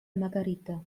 margarita